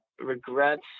Regrets